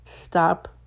stop